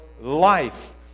life